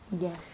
Yes